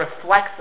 reflects